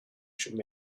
should